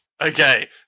Okay